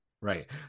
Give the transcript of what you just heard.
Right